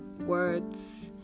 words